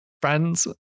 friends